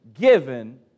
given